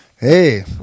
Hey